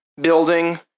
building